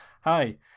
hi